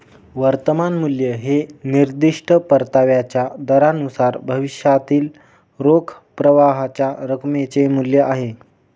वर्तमान मूल्य हे निर्दिष्ट परताव्याच्या दरानुसार भविष्यातील रोख प्रवाहाच्या रकमेचे मूल्य आहे